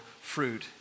fruit